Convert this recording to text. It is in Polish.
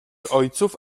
ojców